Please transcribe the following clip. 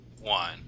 one